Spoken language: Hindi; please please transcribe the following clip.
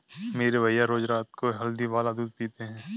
मेरे भैया रोज रात को हल्दी वाला दूध पीते हैं